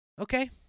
Okay